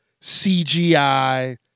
CGI